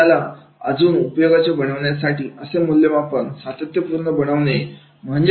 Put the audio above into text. आणि याला अजून उपयोगाचे बनवण्या साठी असे मुल्यमापण सातत्यपूर्ण बनवावे